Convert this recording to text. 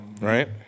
Right